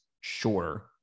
shorter